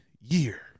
year